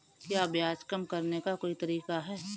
क्या ब्याज कम करने का कोई तरीका है?